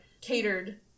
catered